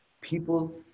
People